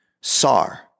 SAR